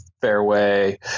fairway